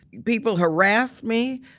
people harassed me,